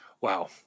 Wow